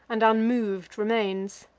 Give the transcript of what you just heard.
and unmov'd remains.